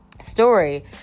story